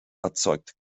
erzeugt